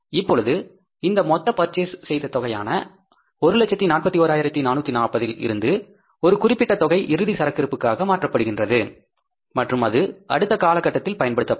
இப்பொழுது இந்த மொத்த பர்சேஸ் செய்த தொகையான 141440 இல் இருந்து ஒரு குறிப்பிட்ட தொகை இறுதி சரக்கிருப்புக்காக மாற்றப்படுகின்றது மற்றும் அது அடுத்த கால கட்டத்தில் பயன்படுத்தப்படும்